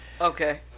Okay